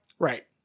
Right